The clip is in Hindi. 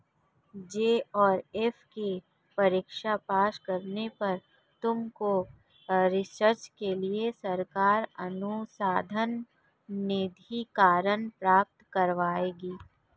जे.आर.एफ की परीक्षा पास करने पर तुमको रिसर्च के लिए सरकार अनुसंधान निधिकरण प्राप्त करवाएगी